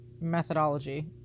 methodology